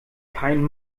keinen